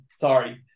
sorry